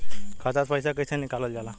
खाता से पैसा कइसे निकालल जाला?